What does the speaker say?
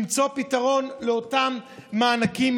למצוא פתרון לאותם מענקים,